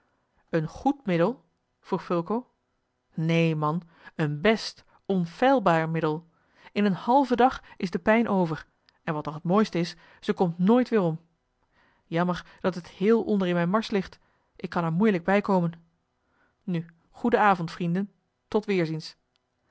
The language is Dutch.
een goed middel vroeg fulco neen man een best onfeilbaar middel in een halven dag is de pijn over en wat nog het mooist is zij komt nooit weerom jammer dat het heel onder in mijne mars ligt ik kan er moeilijk bij komen nu goeden avond vrienden tot weerziens